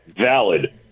valid